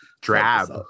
drab